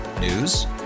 News